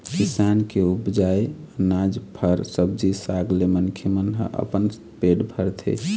किसान के उपजाए अनाज, फर, सब्जी साग ले मनखे मन ह अपन पेट भरथे